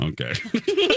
Okay